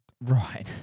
Right